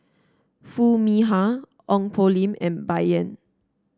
Foo Mee Har Ong Poh Lim and Bai Yan